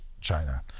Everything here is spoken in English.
China